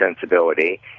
sensibility